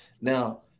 Now